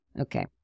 Okay